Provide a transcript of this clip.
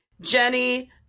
Jenny